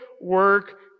work